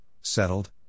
settled